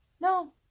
no